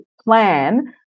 plan